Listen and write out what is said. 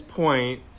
point